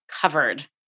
covered